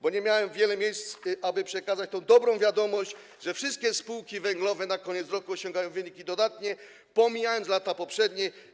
Bo nie miałem wielu okazji, aby przekazać tę dobrą wiadomość, że wszystkie spółki węglowe na koniec roku osiągają wyniki dodatnie, pomijając lata poprzednie.